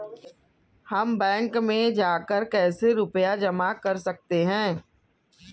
हम बैंक में जाकर कैसे रुपया जमा कर सकते हैं?